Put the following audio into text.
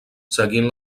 seguint